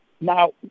Now